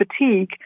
fatigue